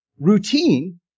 routine